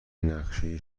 نقشه